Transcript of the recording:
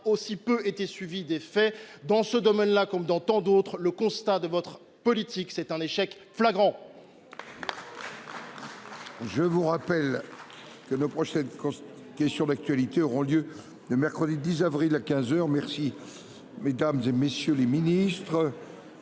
aussi peu suivie d’effet… Dans ce domaine là comme dans tant d’autres, le constat de votre politique est celui d’un échec flagrant.